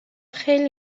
خیلی